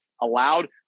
allowed